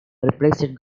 replaced